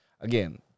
Again